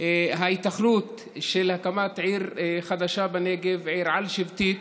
ההיתכנות של הקמת עיר חדשה בנגב, עיר על-שבטית,